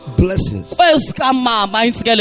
blessings